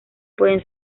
pueden